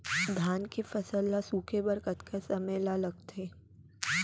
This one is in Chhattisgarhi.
धान के फसल ल सूखे बर कतका समय ल लगथे?